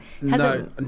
no